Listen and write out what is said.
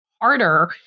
harder